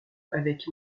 avec